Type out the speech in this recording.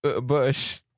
Bush